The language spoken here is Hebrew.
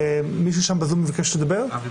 פרופ' אבי